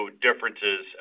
differences